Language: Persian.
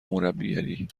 مربیگری